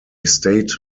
state